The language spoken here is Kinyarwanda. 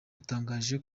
yatangaje